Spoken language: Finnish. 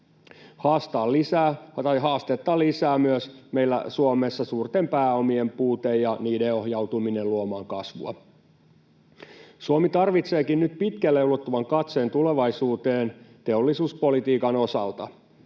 Haastetta lisää myös meillä Suomessa suurten pääomien puute ja niiden ohjautuminen luomaan kasvua. Suomi tarvitseekin nyt pitkälle ulottuvan katseen tulevaisuuteen teollisuuspolitiikan osalta.